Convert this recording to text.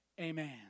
Amen